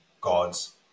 God's